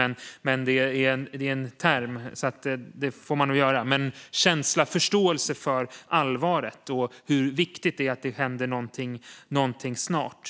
Men det är en term, och därför får man nog säga det. Det handlar om en känsla, en förståelse för allvaret och hur viktigt det är att det händer någonting snart.